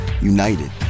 united